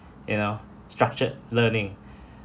you know structured learning